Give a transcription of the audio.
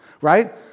Right